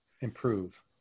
improve